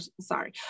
sorry